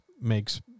makes